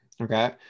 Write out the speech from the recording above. Okay